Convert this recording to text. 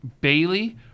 Bailey